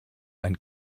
ein